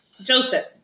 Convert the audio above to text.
Joseph